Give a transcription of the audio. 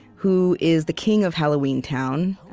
who is the king of halloween town.